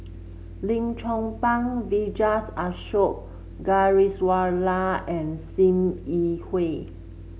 Lim Chong Pang Vijesh Ashok Ghariwala and Sim Yi Hui